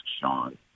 Sean